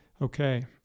Okay